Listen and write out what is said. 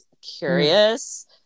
curious